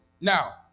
Now